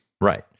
right